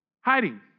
Hiding